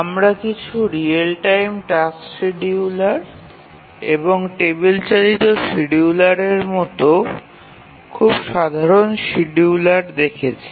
আমরা কিছু real time task scheduler এবং টেবিল চালিত শিডিয়ুলারের মতো খুব সাধারণ শিডিয়ুলারের দেখেছি